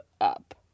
up